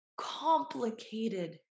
complicated